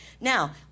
Now